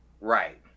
Right